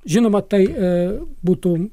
žinoma tai ee būtų